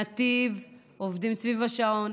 נתיב עובדים סביב השעון.